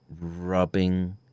rubbing